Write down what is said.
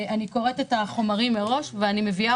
אני קוראת את החומרים מראש ואני מביאה